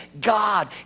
God